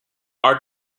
are